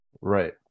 Right